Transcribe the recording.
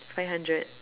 five hundred